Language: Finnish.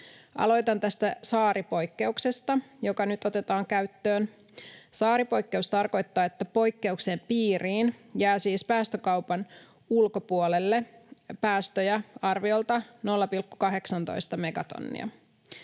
Aloitan tästä saaripoikkeuksesta, joka nyt otetaan käyttöön. Saaripoikkeus tarkoittaa, että poikkeuksen piiriin jää, siis päästökaupan ulkopuolelle, päästöjä arviolta 0,18 megatonnia.